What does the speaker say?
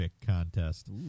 Contest